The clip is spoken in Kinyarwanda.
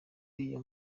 iyo